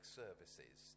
services